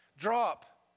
Drop